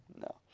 No